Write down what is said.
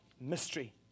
mystery